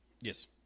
Yes